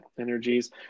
energies